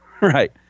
Right